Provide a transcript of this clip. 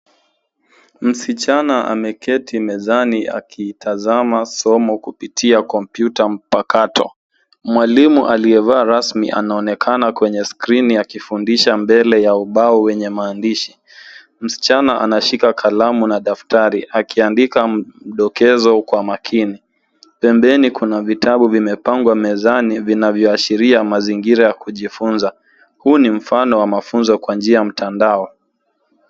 Msichana ameketi mezani akitazama somo kupitia kompyuta mpakato. Mwalimu aliyevaa rasmi anaonekana kwenye skrini akifundisha mbele ya ubao wenye maandishi. Msichana anashika kalamu na daftari akiandika mdokezo kwa makini. Pembeni kuna vitabu vimepangwa mezani vinavyoashiria mazingira ya kujifunza. Huu ni mfano wa mafunzo kwa njia ya mtandao.